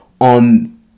on